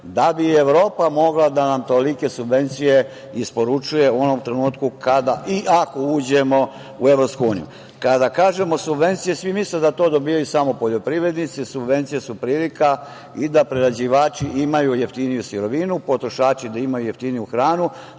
da bi Evropa mogla da nam tolike subvencije isporučuje u onom trenutku kada i ako uđemo u Evropsku uniju. Kada kažemo – subvencije, svi misle da to dobijaju samo poljoprivrednici. Subvencije su prilika i da prerađivači imaju jeftiniju sirovinu, potrošači da imaju jeftiniju hranu.